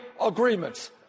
agreements